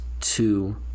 two